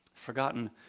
forgotten